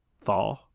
thaw